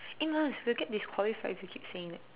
Amos we will get disqualified if you keep saying that